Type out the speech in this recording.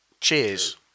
Cheers